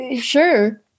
Sure